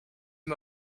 him